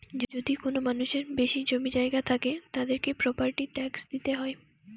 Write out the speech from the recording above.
যদি কোনো মানুষের বেশি জমি জায়গা থাকে, তাদেরকে প্রপার্টি ট্যাক্স দিইতে হয়